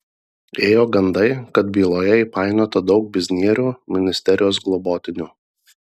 ėjo gandai kad byloje įpainiota daug biznierių ministerijos globotinių